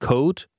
Code